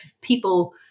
people